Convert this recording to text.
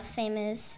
famous